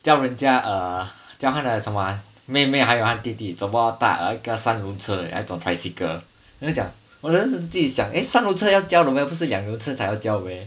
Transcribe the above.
教人家 err 教他的什么啊妹妹还有弟弟怎么踏一个三轮车 leh 他走 tricycle then 他讲 then 我自己想 eh 三轮车要教的 meh 不是两轮车才要教的 meh